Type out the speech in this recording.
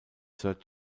sir